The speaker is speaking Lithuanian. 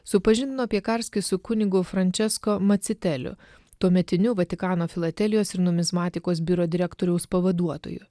supažindino piekarskį su kunigu frančesko maciteliu tuometiniu vatikano filatelijos ir numizmatikos biuro direktoriaus pavaduotoju